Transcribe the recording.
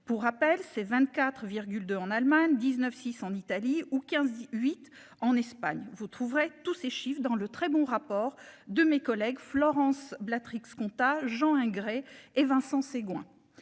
Pour rappel, ces 24 deux en Allemagne, 19, 6 en Italie ou 15, 8 en Espagne. Vous trouverez tous ces chiffres dans le très bon rapport de mes collègues Florence. Compta Jean hein gré et Vincent Segouin.